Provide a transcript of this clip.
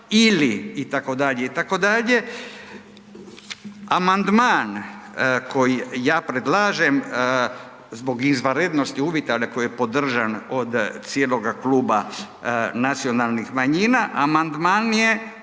ili itd., itd., amandman koji ja predlažem zbog izvanrednosti uvjeta, ali koji je podržan od cijeloga kluba nacionalnih manjina, amandman je